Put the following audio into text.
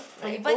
no even